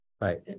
Right